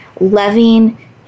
loving